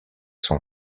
son